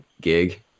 gig